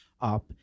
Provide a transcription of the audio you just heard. up